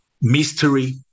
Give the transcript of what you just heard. mystery